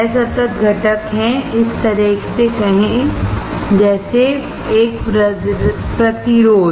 असतत घटक हैं इस तरह से कहें एक प्रतिरोध